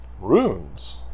Runes